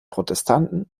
protestanten